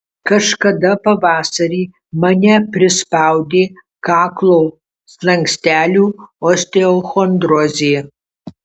kažkada pavasarį mane prispaudė kaklo slankstelių osteochondrozė